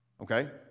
Okay